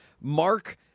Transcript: Mark